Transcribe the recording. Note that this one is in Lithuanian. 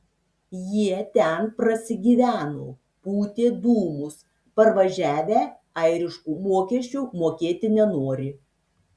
jie ten prasigyveno pūtė dūmus parvažiavę airiškų mokesčių mokėti nenori